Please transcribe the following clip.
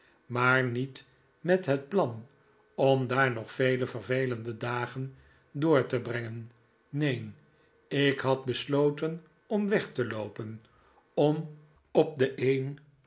maar niet met het plan om daar nog vele vervelende dagen door te brengen neen ik had besloten om weg te loopen om op de een